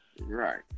Right